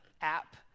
app